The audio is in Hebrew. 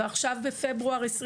ועכשיו בפברואר 2023,